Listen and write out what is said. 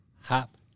Hop